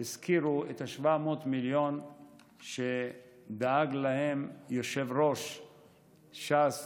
הזכירו את 700 המיליון שדאג להם יושב-ראש ש"ס,